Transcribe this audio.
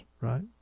right